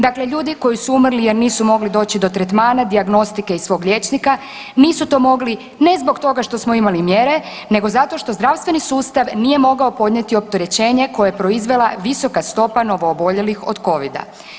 Dakle ljudi koji su umrli jer nisu mogli doći do tretmana, dijagnostike i svog liječnika nisu to mogli ne zbog toga što smo imali mjere nego zato što zdravstveni sustav nije mogao podnijeti opterećenje koje je proizvela visoka stopa novooboljelih od covida.